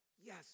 yes